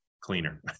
cleaner